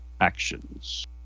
actions